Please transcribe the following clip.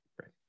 Right